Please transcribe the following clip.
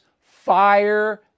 fire